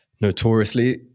notoriously